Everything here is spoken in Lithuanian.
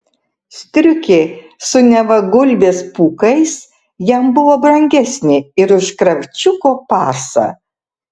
striukė su neva gulbės pūkais jam buvo brangesnė ir už kravčiuko pasą